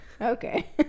Okay